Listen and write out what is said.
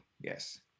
Yes